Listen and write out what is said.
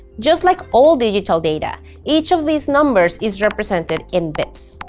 just like all digital data, each of these numbers is represented in bits.